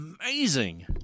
amazing